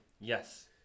Yes